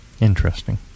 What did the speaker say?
Interesting